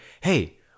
hey